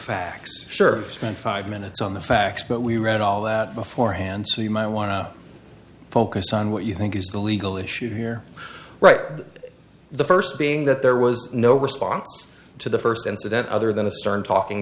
facts sure spent five minutes on the facts but we read all that beforehand so you might want to focus on what you think is the legal issue here right the first being that there was no response to the first incident other than a stern talking